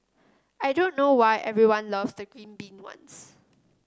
I don't know why everyone loves the green bean ones